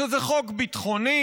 שזה חוק ביטחוני,